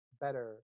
better